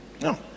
No